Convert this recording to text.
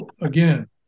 again